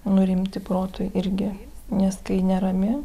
nurimti protui irgi nes kai nerami